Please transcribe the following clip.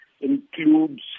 includes